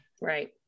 Right